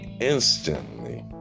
instantly